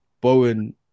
Bowen